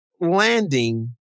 landing